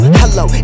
hello